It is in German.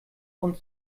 und